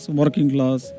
working-class